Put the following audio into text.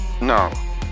no